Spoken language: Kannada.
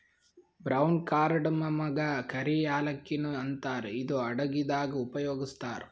ಬ್ರೌನ್ ಕಾರ್ಡಮಮಗಾ ಕರಿ ಯಾಲಕ್ಕಿ ನು ಅಂತಾರ್ ಇದು ಅಡಗಿದಾಗ್ ಉಪಯೋಗಸ್ತಾರ್